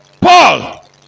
Paul